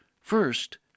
First